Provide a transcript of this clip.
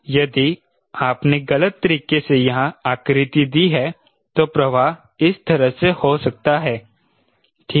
यदि आपने गलत तरीके से यहां आकृति दी है तो प्रवाह इस तरह से हो सकता है ठीक है